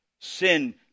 sin